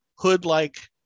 hood-like